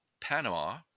Panama